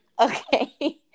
okay